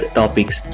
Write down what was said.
topics